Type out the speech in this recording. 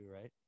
right